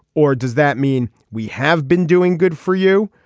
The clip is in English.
or does that mean we have been doing good for you.